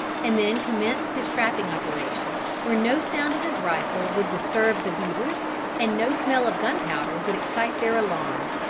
and then commenced his trapping operation, where no sound of his rifle would disturb the beavers and no smell of gunpowder would excite their alarm.